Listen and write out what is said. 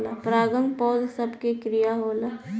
परागन पौध सभ के क्रिया होला